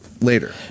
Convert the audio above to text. later